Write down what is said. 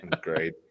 Great